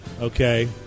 okay